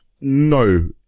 No